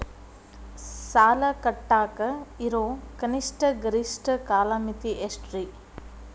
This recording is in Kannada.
ಸಾಲ ಕಟ್ಟಾಕ ಇರೋ ಕನಿಷ್ಟ, ಗರಿಷ್ಠ ಕಾಲಮಿತಿ ಎಷ್ಟ್ರಿ?